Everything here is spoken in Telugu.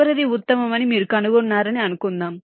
చివరిది ఉత్తమమని మీరు కనుగొన్నారని అనుకుందాం